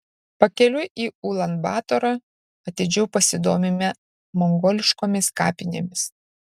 pakeliui į ulan batorą atidžiau pasidomime mongoliškomis kapinėmis